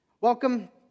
Welcome